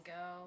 go